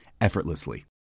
effortlessly